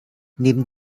neben